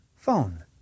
phone